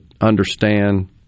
understand